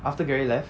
after gary left